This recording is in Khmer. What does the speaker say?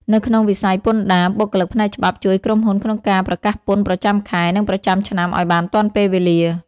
នៅក្នុងវិស័យពន្ធដារ បុគ្គលិកផ្នែកច្បាប់ជួយក្រុមហ៊ុនក្នុងការប្រកាសពន្ធប្រចាំខែ និងប្រចាំឆ្នាំឱ្យបានទាន់ពេលវេលា។